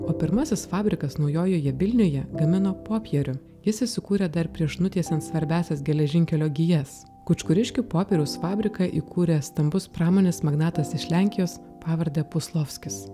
o pirmasis fabrikas naujojoje vilnioje gamino popierių jis įsikūrė dar prieš nutiesiant svarbiąsias geležinkelio gijas kučkuriškių popieriaus fabriką įkūręs stambus pramonės magnatas iš lenkijos pavarde puslovskis